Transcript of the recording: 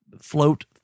float